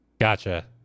Gotcha